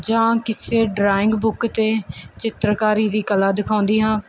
ਜਾਂ ਕਿਸੇ drawing book 'ਤੇ ਚਿੱਤਰਕਾਰੀ ਦੀ ਕਲਾ ਦਿਖਾਉਂਦੀ ਹਾਂ